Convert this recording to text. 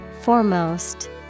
Foremost